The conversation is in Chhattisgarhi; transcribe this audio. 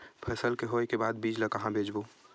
फसल के होय के बाद बीज ला कहां बेचबो?